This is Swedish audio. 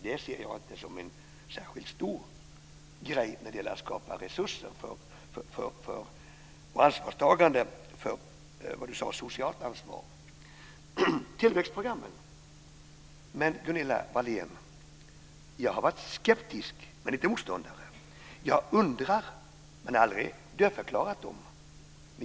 Det ser jag inte som en särskilt stor grej när det gäller att skapa resurser för ansvarstagande och, som Gunilla Wahlén sade, socialt ansvar. Jag har varit skeptisk till tillväxtprogrammen, Gunilla Wahlén, men inte motståndare. Jag har inte dödförklarat dem.